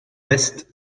est